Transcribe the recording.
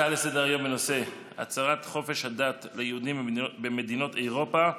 הצעה לסדר-היום בנושא: הצרת חופש הדת ליהודים במדינות אירופה,